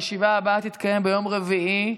הישיבה הבאה תתקיים ביום רביעי,